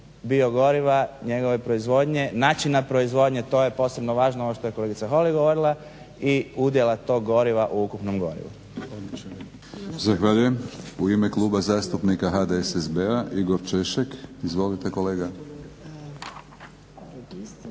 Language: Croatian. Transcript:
biogoriva, njegove proizvodnje, načina proizvodnje, to je posebno važno ovo što je kolegica Holy govorila i udjela tog goriva u ukupnom gorivu. **Batinić, Milorad (HNS)** Zahvaljujem. U ime Kluba zastupnika HDSSB-a Igor Češek. Izvolite kolega.